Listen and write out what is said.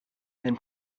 than